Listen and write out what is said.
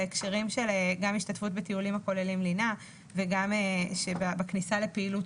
בהקשרים של השתתפות בטיולים הכוללים לינה וגם בכניסה לפעילות